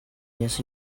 yes